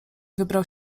wybrał